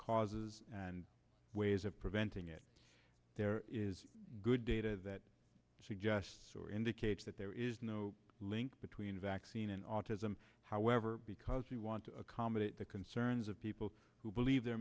causes and ways of preventing it there is good data that suggests or indicates that there is no link between vaccine and autism however because we want to accommodate the concerns of people who believe there